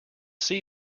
see